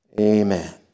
Amen